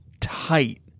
tight